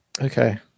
Okay